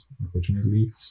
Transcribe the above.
unfortunately